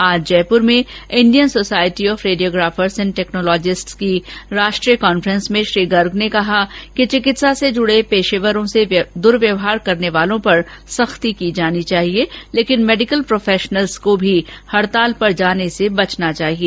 आज जयपुर में Indian society of radiographers and technologists की राष्ट्रीय कहन्फ्रेंस में श्री गर्ग ने कहा कि चिकित्सा से जुड़े पेशेवरों से दुर्वयवहार करने वालों पर सख्ती की जानी चाहिए लेकिन मेडिकल प्रोफेशनल्स को भी हड़ताल पर जाने से बचना चाहिए